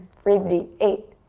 breathe deep. eight,